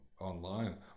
online